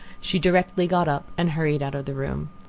she directly got up and hurried out of the room.